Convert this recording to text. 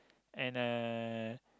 and uh